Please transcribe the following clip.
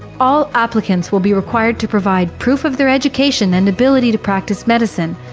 all applicants will be required to provide proof of their education, and ability to practice medicine,